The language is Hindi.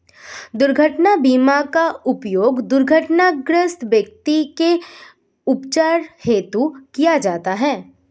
दुर्घटना बीमा का उपयोग दुर्घटनाग्रस्त व्यक्ति के उपचार हेतु किया जाता है